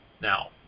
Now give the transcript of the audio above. Now